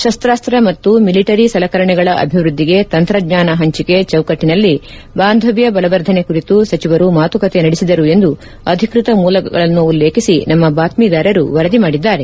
ಶಸ್ತಾಸ್ತ ಮತ್ತು ಮಿಲಿಟರಿ ಸಲಕರಣೆಗಳ ಅಭಿವ್ಯದ್ನಿಗೆ ತಂತ್ರಜ್ಞಾನ ಪಂಚಿಕೆ ಚೌಕಟ್ಟನಲ್ಲಿ ಬಾಂಧವ್ನ ಬಲವರ್ಧನೆ ಕುರಿತು ಸಚಿವರು ಮಾತುಕತೆ ನಡೆಸಿದರು ಎಂದು ಅಧಿಕೃತ ಮೂಲಗಳನ್ನುಲ್ಲೇಖಿಸಿ ನಮ್ಮ ಬಾತ್ಮೀದಾರರು ವರದಿ ಮಾಡಿದ್ದಾರೆ